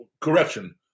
correction